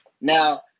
Now